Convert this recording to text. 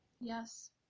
Yes